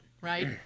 right